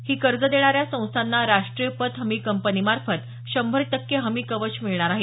ही कर्ज देणाऱ्या संस्थांना राष्ट्रीय पत हमी कंपनीमार्फत शंभर टक्के हमी कवच मिळणार आहे